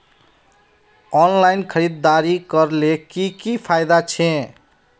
Online खरीदारी करले की की फायदा छे?